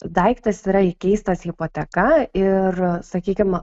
daiktas yra įkeistas hipoteka ir sakykim